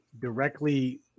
directly